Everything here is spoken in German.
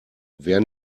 wer